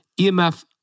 EMF